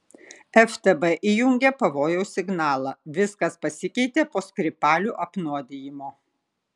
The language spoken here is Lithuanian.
ftb įjungė pavojaus signalą viskas pasikeitė po skripalių apnuodijimo